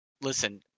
Listen